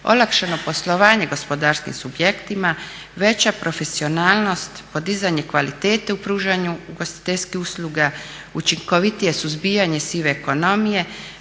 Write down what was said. olakšano poslovanje gospodarskim subjektima, veća profesionalnost, podizanje kvalitete u pružanju ugostiteljskih usluga, učinkovitije suzbijanje sive ekonomije,